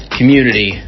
community